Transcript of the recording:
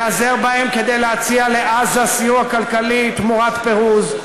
ניעזר בהם כדי להציע לעזה סיוע כלכלי תמורת פירוז,